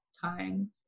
time